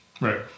Right